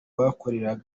bakorera